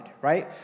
Right